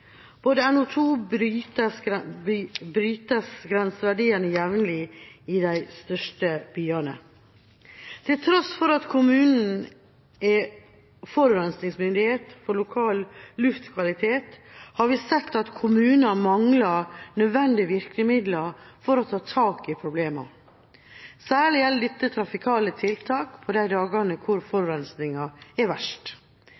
brytes grenseverdien jevnlig i de største byene. Til tross for at kommunen er forurensningsmyndighet for lokal luftkvalitet, har vi sett at kommunene mangler nødvendige virkemidler for å ta tak i problemene. Særlig gjelder dette trafikale tiltak på de dagene forurensningen er verst.